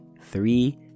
Three